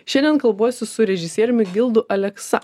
šiandien kalbuosi su režisieriumi gildu aleksa